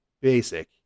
basic